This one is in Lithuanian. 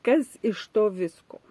kas iš to visko